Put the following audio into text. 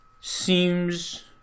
Seems